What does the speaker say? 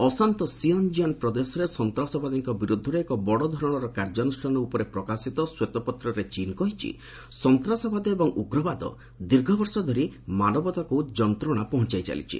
ଅଶାନ୍ତ ସିଆନ୍ଜିଆନ୍ ପ୍ରଦେଶରେ ସନ୍ତାସବାଦୀଙ୍କ ବିରୁଦ୍ଧରେ ଏକ ବଡ଼ଧରଣର କାର୍ଯ୍ୟାନୁଷ୍ଠାନ ଉପରେ ପ୍ରକାଶିତ ଶ୍ୱେତପତ୍ରରେ ଚୀନ୍ କହିଛି ସନ୍ତାସବାଦ ଏବଂ ଉଗ୍ରବାଦ ଦୀର୍ଘବର୍ଷ ଧରି ମାନବତାକୁ ଯନ୍ତ୍ରଣା ପହଞ୍ଚାଇ ଚାଲିଛି